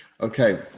okay